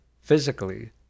physically